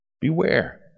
Beware